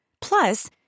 Plus